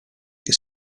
che